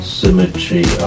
symmetry